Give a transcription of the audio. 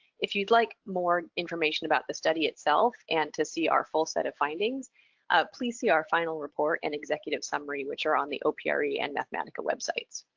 if you'd like more information about the study itself and to see our full set of findings please see our final report and executive summary which are on the opre and mathematica websites.